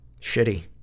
shitty